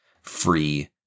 free